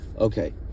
okay